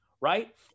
right